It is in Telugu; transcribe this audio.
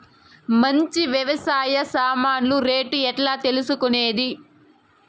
మంచి వ్యవసాయ సామాన్లు రేట్లు ఎట్లా తెలుసుకునేది?